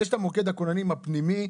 יש את מוקד הכוננים הפנימי,